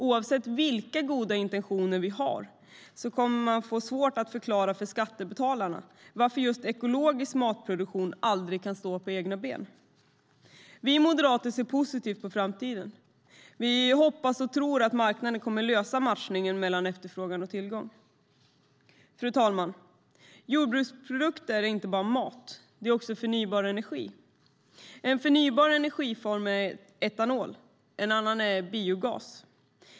Oavsett vilka goda intentioner vi har kommer man att få svårt att förklara för skattebetalarna varför just ekologisk matproduktion aldrig kan stå på egna ben. Vi moderater ser positivt på framtiden. Vi hoppas och tror att marknaden kommer att lösa matchningen mellan efterfrågan och tillgång. Fru talman! Jordbruksprodukter är inte bara mat. Det är också förnybar energi. En förnybar energiform är etanol. En annan är biogas.